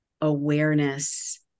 awareness